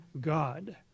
God